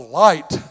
light